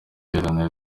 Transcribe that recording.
iharanira